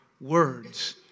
words